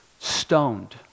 stoned